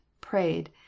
prayed